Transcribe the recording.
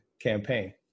campaign